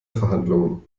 verhandlungen